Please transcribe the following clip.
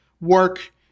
work